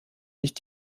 nicht